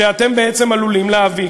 שאתם עלולים להביא,